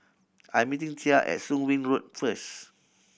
I'm meeting Thea at Soon Wing Road first